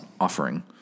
offering